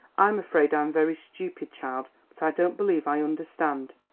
i'm afraid i'm very stupid, child but i don't believe i understand.